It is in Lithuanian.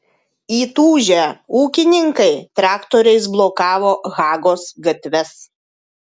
įtūžę ūkininkai traktoriais blokavo hagos gatves